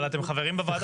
אבל אתם חברים בוועדה.